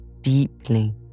deeply